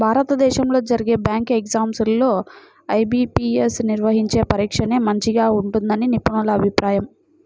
భారతదేశంలో జరిగే bank exams లో ఐ.బీ.పీ.యస్ నిర్వహించే పరీక్షనే మంచిగా ఉంటుందని నిపుణుల అభిప్రాయం